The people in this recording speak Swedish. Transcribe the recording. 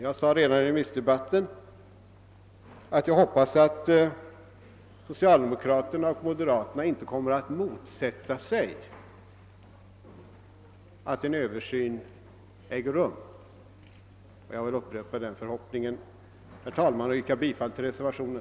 Jag sade redan i remissdebatten att jag hoppas att socialdemokraterna och moderaterna inte kommer att motsätta sig att en översyn äger rum. Jag vill upprepa den förhoppningen, herr talman, och yrkar bifall till reservationen.